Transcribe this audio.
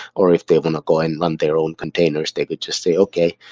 or if they want to go and run their own containers, they could just say, okay,